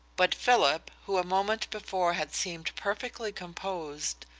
but philip, who a moment before had seemed perfectly composed,